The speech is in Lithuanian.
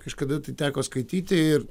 kažkada teko skaityti ir